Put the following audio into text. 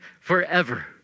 forever